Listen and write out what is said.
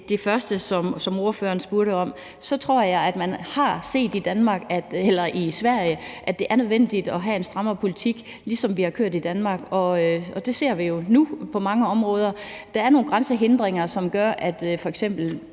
det første, som ordføreren spurgte om, tror jeg, at man har set i Sverige, at det er nødvendigt at have en strammere politik, ligesom vi har kørt i Danmark, og det ser vi jo nu på mange områder. Der er nogle grænsehindringer, som gør, at f.eks.